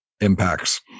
impacts